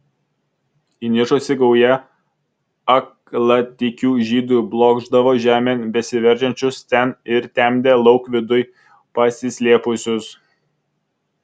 įniršusi gauja aklatikių žydų blokšdavo žemėn besiveržiančius ten ir tempė lauk viduj pasislėpusius